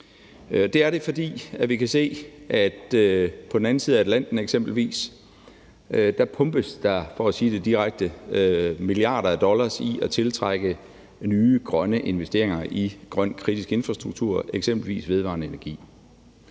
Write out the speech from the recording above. Det er de, fordi vi kan se, at der eksempelvis på den anden side af Atlanten pumpes – for at sige det direkte – milliarder af dollars i at tiltrække nye grønne investeringer i grøn kritisk infrastruktur, eksempelvis vedvarende energi.